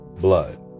blood